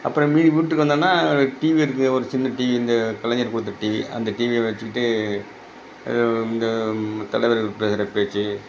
அப்புறம் மீதி வீட்டுக்கு வந்தேம்ன்னா டிவி இருக்குது ஒரு சின்ன டிவி இந்த கலைஞர் கொடுத்த டிவி அந்த டிவியை வச்சிக்கிட்டு இந்த தலைவர்கள் பேசுகிற பேச்சு